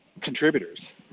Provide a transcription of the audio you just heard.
contributors